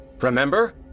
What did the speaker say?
Remember